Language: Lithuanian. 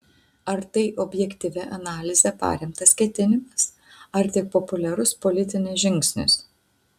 ar tai objektyvia analize paremtas ketinimas ar tik populiarus politinis žingsnis